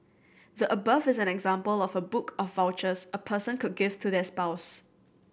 the above is an example of a book of vouchers a person could give to their spouse